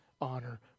honor